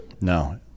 No